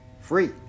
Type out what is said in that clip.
free